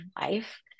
life